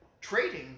trading